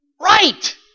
Right